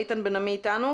איתן בן עמי איתנו?